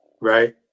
right